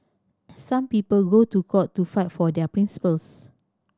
some people go to court to fight for their principles